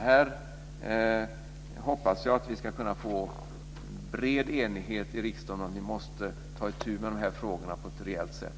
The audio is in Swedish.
Jag hoppas att vi ska kunna få en bred enighet i riksdagen om att ta itu med de här frågorna på ett rejält sätt.